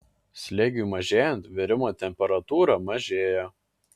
slėgiui mažėjant virimo temperatūra mažėja